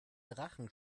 drachen